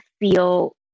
feel